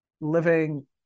living